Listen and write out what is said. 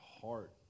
heart